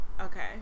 Okay